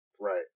right